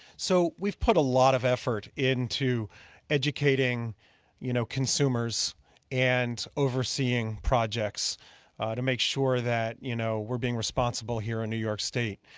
so we've put a lot of effort into educating you know consumers and overseeing projects to make sure that, you know, we're being responsible in new york state.